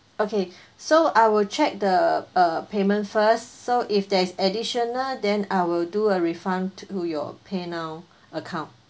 okay so I will check the uh payment first so if there's additional then I will do a refund to your paynow account